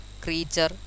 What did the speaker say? creature